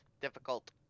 difficult